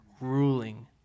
ruling